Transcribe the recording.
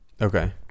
Okay